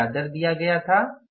हमें क्या दर दिया गया था